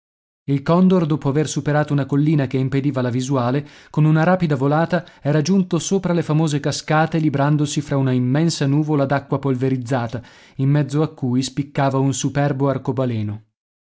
il condor dopo aver superato una collina che impediva la visuale con una rapida volata era giunto sopra le famose cascate librandosi fra una immensa nuvola d'acqua polverizzata in mezzo a cui spiccava un superbo arcobaleno